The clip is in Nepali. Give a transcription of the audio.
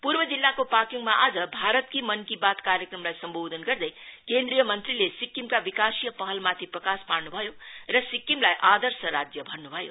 पूर्वा जिल्लाको पाक्योङमा आज भारतकी मनकी बात कार्यक्रमलाई सम्बोधन गर्दै केन्द्रीय मंत्रीले सिक्किमका विकासीय पहलमाथि प्रकाश पार्नु भयो र सिक्किमलाई आदर्श राज्य भन्नु भयो